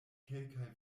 kelkaj